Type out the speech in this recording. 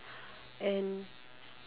and